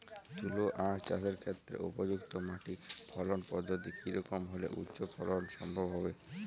তুলো আঁখ চাষের ক্ষেত্রে উপযুক্ত মাটি ফলন পদ্ধতি কী রকম হলে উচ্চ ফলন সম্ভব হবে?